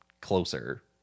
closer